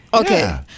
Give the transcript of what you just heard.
Okay